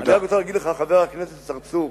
חבר הכנסת צרצור,